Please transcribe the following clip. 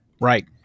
Right